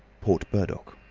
port burdock.